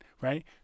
right